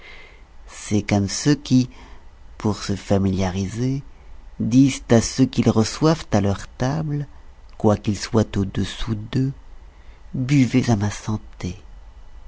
c'est comme ceux qui pour se familiariser disent à ceux qu'ils reçoivent à leurs tables quoiqu'ils soient au-dessous d'eux buvez à ma santé